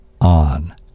on